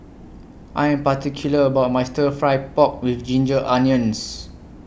I Am particular about My Stir Fry Pork with Ginger Onions